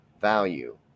value